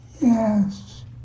Yes